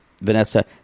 Vanessa